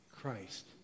Christ